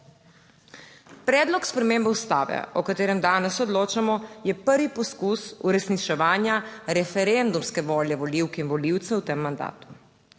Predlog spremembe Ustave, o katerem danes odločamo, je prvi poskus uresničevanja referendumske volje volivk in volivcev v tem mandatu.